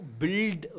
build